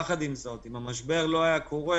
יחד עם זאת, אם המשבר לא היה קורה,